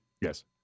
Yes